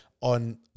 on